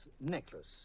necklace